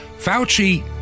Fauci